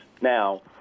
Now